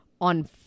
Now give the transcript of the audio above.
on